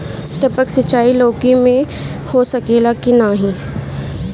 टपक सिंचाई लौकी में हो सकेला की नाही?